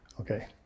Okay